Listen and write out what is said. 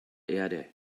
erde